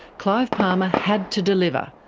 clive palmer had to deliver,